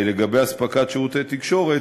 לגבי אספקת שירותי תקשורת,